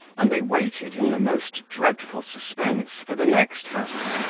and they waited, in the most dreadful suspense, for the next hazard,